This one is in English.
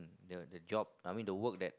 the the job I mean the work that